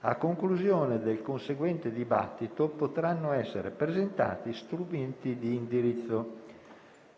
A conclusione del conseguente dibattito, potranno essere presentati strumenti di indirizzo.